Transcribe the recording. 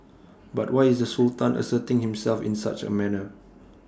but why is the Sultan asserting himself in such A manner